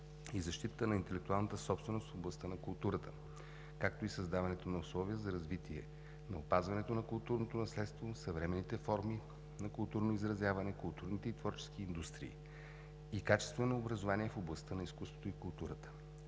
и защита на интелектуалната собственост в областта на културата, както и създаването на условия за развитие на опазването на културното наследство, съвременните форми на културно изразяване, културните и творчески индустрии и качествено образование в областта на изкуството и културата.